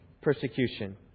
persecution